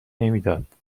نمیداد